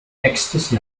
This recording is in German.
ecstasy